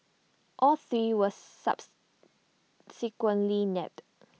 all three was nabbed